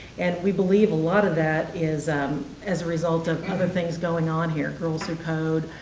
and we believe a lot of that is as a result of other things going on here, girls who code,